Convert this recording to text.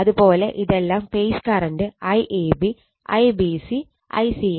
അത്പോലെ ഇതെല്ലാം phase current IAB IBC ICA